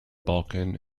balkan